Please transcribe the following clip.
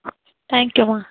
thank யூம்மா